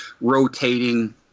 rotating